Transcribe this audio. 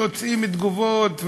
יוצאים בתגובות,